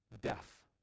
Death